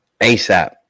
ASAP